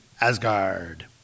Asgard